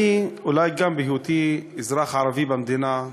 אני, אולי גם בהיותי אזרח ערבי במדינה,